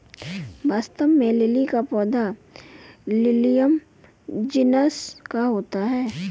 वास्तव में लिली का पौधा लिलियम जिनस का होता है